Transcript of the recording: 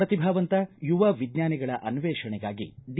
ಪ್ರತಿಭಾವಂತ ಯುವವಿಜ್ವಾನಿಗಳ ಅನ್ವೇಷಣೆಗಾಗಿ ಡಿ